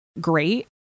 great